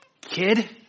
kid